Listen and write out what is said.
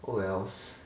oh wells